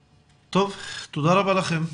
טוב, תודה רבה לכם.